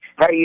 Hey